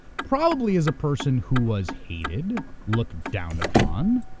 probably is a person who was hated, looked down upon,